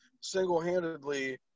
single-handedly